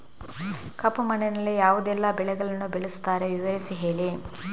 ಕಪ್ಪು ಮಣ್ಣಿನಲ್ಲಿ ಯಾವುದೆಲ್ಲ ಬೆಳೆಗಳನ್ನು ಬೆಳೆಸುತ್ತಾರೆ ವಿವರಿಸಿ ಹೇಳಿ